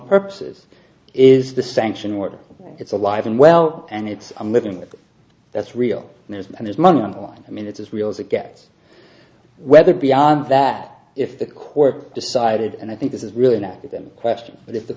purposes is the sanction whether it's alive and well and it's i'm living with that's real and there's and there's money on the line i mean it's as real as it gets whether beyond that if the court decided and i think this is really an academic question but if the